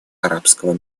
арабского